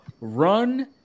run